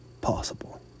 possible